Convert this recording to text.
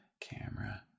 camera